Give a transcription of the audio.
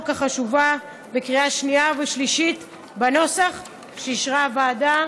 החשובה בקריאה שנייה ושלישית בנוסח שאישרה הוועדה.